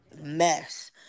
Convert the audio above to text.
Mess